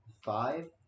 five